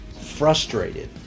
frustrated